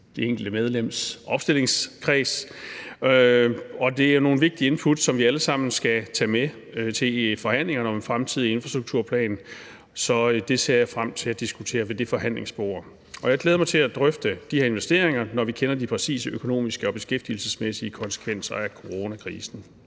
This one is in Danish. det enkelte medlems opstillingskreds. Og det er nogle vigtige input, som vi alle sammen skal tage med til forhandlingerne om en fremtidig infrastrukturplan. Så det ser jeg frem til at diskutere ved det forhandlingsbord, og jeg glæder mig til at drøfte de her investeringer, når vi kender de præcise økonomiske og beskæftigelsesmæssige konsekvenser af coronakrisen.